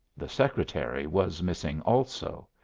the secretary was missing also.